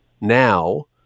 now